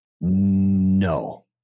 No